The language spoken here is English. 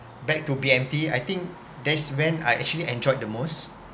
back to B_M_T I think that is when I actually enjoyed the most